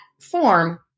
form